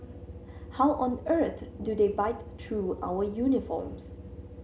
how on earth do they bite through our uniforms